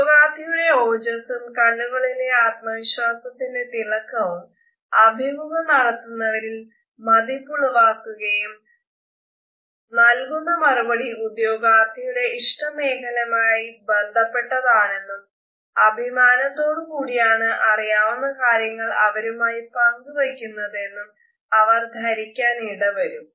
ഉദ്യോഗാർത്ഥിയുടെ ഓജസ്സും കണ്ണുകളിലെ ആത്മവിശ്വാസത്തിന്റെ തിളക്കവും അഭിമുഖം നടത്തുന്നവരിൽ മതിപ്പുളവാക്കുകയും നൽകുന്ന മറുപടി ഉദ്യോഗാർത്ഥിയുടെ ഇഷ്ട മേഖലയുമായി ബന്ധപ്പെട്ടതാണെന്നും അഭിമാനത്തോട് കൂടിയാണ് അറിയാവുന്ന കാര്യങ്ങൾ അവരുമായി പങ്ക് വയ്ക്കുന്നതെന്നും അവർ ധരിക്കാൻ ഇടവരും